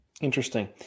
Interesting